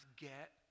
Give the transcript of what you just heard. get